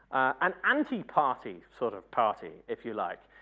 an anti-party sort of party if you like.